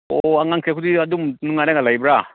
ꯑꯣ ꯑꯉꯥꯡ ꯆꯠꯈ꯭ꯔꯕꯗꯤ ꯑꯗꯨꯝ ꯅꯨꯡꯉꯥꯏꯔꯒ ꯂꯩꯕ꯭ꯔꯥ